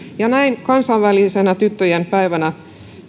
näin kansainvälisenä tyttöjen päivänä